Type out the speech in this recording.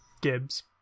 Gibbs